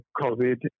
COVID